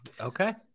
Okay